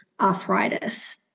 arthritis